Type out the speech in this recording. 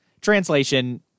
Translation